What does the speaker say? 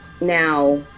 now